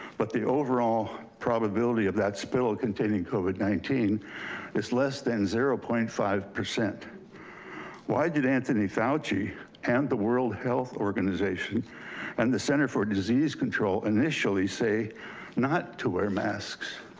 but the overall probability of that spittle containing covid nineteen is less than zero point five. why did anthony fauci and the world health organization and the center for disease control initially say not to wear masks?